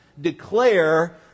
declare